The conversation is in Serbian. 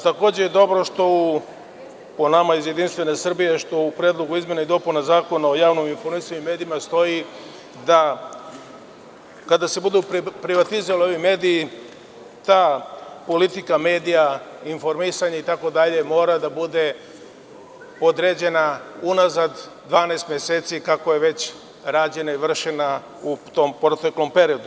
Takođe, dobro je što, po nama iz JS, što u Predlogu izmena i dopuna Zakona o javnom informisanju i medijima stoji da kada se budu privatizovali ovi mediji ta politika medija i informisanja itd. mora da bude određena unazad 12 meseci, kako je već rađena i vršena u tom proteklom periodu.